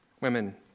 women